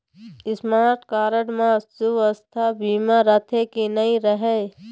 Smart card म सुवास्थ बीमा रथे की नई रहे?